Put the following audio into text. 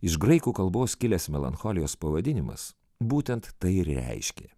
iš graikų kalbos kilęs melancholijos pavadinimas būtent tai ir reiškė